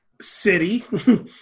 City